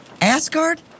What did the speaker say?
Asgard